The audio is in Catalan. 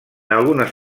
algunes